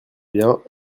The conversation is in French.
bien